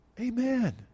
Amen